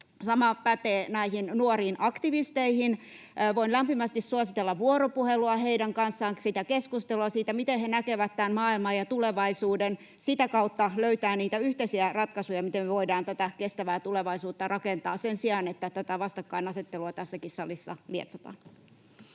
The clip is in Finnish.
Sama pätee näihin nuoriin aktivisteihin. Voin lämpimästi suositella vuoropuhelua heidän kanssaan, keskustelua siitä, miten he näkevät tämän maailman ja tulevaisuuden. Sitä kautta löytää niitä yhteisiä ratkaisuja, miten me voidaan tätä kestävää tulevaisuutta rakentaa, sen sijaan, että tätä vastakkainasettelua tässäkin salissa lietsotaan.